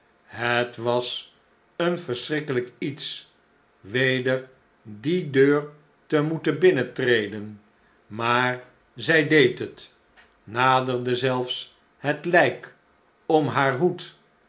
het was een verschrikkelijk iets weder die deur te moeten binnentreden maar zij deed het naderde zelfs het lijk om haar hoed